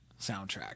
soundtrack